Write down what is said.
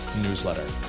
newsletter